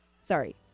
sorry